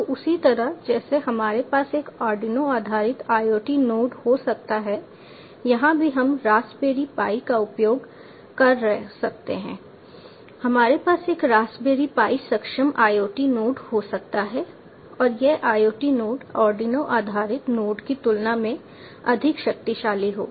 तो उसी तरह जैसे हमारे पास एक आर्डिनो आधारित IOT नोड हो सकता है यहाँ भी हम रास्पबेरी पाई का उपयोग कर सकते हैं हमारे पास एक रास्पबेरी पाई सक्षम IOT नोड हो सकता है और यह IOT नोड आर्डिनो आधारित नोड की तुलना में अधिक शक्तिशाली होगा